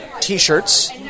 T-shirts